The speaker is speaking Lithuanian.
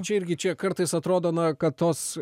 čia irgi čia kartais atrodo na kad tos